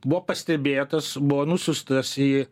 buvo pastebėtas buvo nusiųstas į